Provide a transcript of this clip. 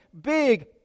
big